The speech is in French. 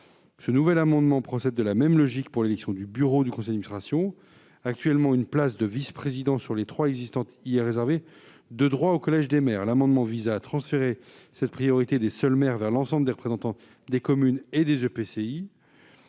du SDIS. Il procède de la même logique pour l'élection au bureau du conseil d'administration. Actuellement, une place de vice-président sur les trois existantes est réservée de droit au collège des maires. Il s'agit de transférer cette priorité des seuls maires vers l'ensemble des représentants des communes et des EPCI.